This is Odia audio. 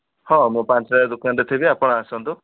ହଁ ମୁଁ ପାଞ୍ଚଟାରେ ଦୋକାନରେ ଥିବି ଆପଣ ଆସନ୍ତୁ